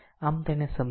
આમ તેને સમજો